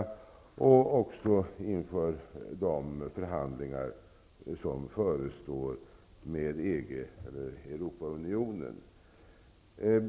Det gäller även inför de förhandlingar med EG eller Europaunionen som förestår.